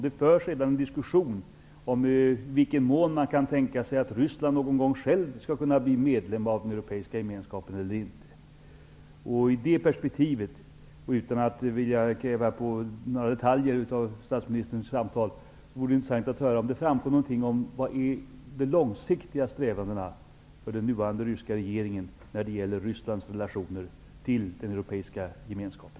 Det förs redan en diskussion om i vilken mån man kan tänka sig att Ryssland någon gång skall kunna bli medlem av den europeiska gemenskapen. I det perspektivet, utan att kräva några detaljer från statsministerns samtal, vore det intressant att höra om det framkom någonting om den nuvarande ryska regeringens långsiktiga strävanden när det gäller Rysslands relationer till den europeiska gemenskapen.